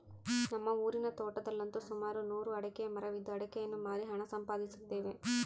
ನಮ್ಮ ಊರಿನ ತೋಟದಲ್ಲಂತು ಸುಮಾರು ನೂರು ಅಡಿಕೆಯ ಮರವಿದ್ದು ಅಡಿಕೆಯನ್ನು ಮಾರಿ ಹಣ ಸಂಪಾದಿಸುತ್ತೇವೆ